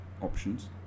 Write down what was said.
options